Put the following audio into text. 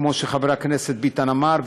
כמו שחבר הכנסת ביטן אמר,